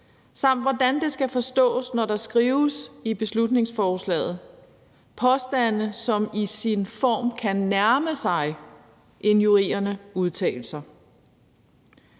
samt hvordan det skal forstås, når der i beslutningsforslaget skrives »påstande, som i sin form kan nærme sig injurierende udtalelser«,